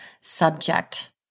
subject